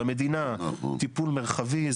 למדינה טיפול מרחבי.